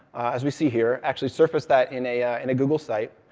as we see here, actually surfaced that in a in a google site.